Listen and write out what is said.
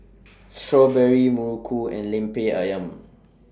Strawberry Muruku and Lemper Ayam